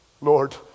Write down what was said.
Lord